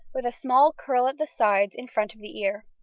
with a small curl at the sides in front of the ear.